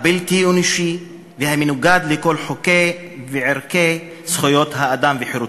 הבלתי-אנושי והמנוגד לכל חוקי וערכי זכויות האדם וחירותו.